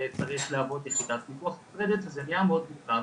וזה נהיה מאוד מורכב.